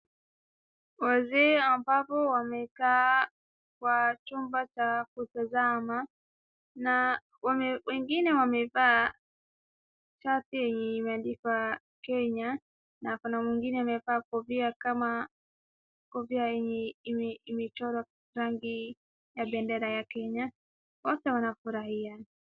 Wazee ambao wamekaa kwa chumba cha kutazama, na wengine wamevaa shati yenye imeandikwa Kenya, na kuna mwingine ambaye amevaa kofia kama kofia yenye imechorwa rangi ya bendera ya Kenya, wote wanafurahia.